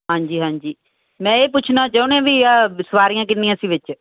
ਹਾਂਜੀ ਹਾਂਜੀ ਮੈਂ ਇਹ ਪੁੱਛਣਾ ਚਾਹੁੰਨੀ ਆਂ ਵੀ ਸੁਆਰੀਆਂ ਕਿੰਨੀਆਂ ਸੀ ਵਿੱਚ